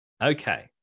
Okay